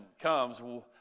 comes